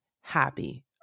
happy